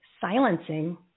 silencing